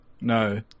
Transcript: No